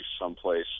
someplace